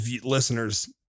listeners